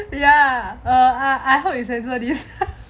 ya err err I hope we censor this